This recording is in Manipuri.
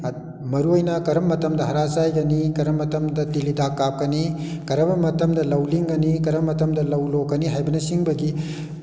ꯃꯔꯨ ꯑꯣꯏꯅ ꯀꯔꯝꯕ ꯃꯇꯝꯗ ꯍꯔꯥ ꯆꯥꯏꯒꯅꯤ ꯀꯔꯝꯕ ꯃꯇꯝꯗ ꯇꯤꯟ ꯍꯤꯗꯥꯛ ꯀꯥꯞꯀꯅꯤ ꯀꯔꯝꯕ ꯃꯇꯝꯗ ꯂꯧ ꯂꯤꯡꯒꯅꯤ ꯀꯔꯝꯕ ꯃꯇꯝꯗ ꯂꯧ ꯂꯣꯛꯀꯅꯤ ꯍꯥꯏꯕꯅ ꯆꯤꯡꯕꯒꯤ